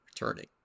returning